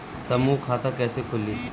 समूह खाता कैसे खुली?